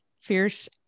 fierce